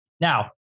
Now